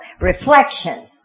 reflection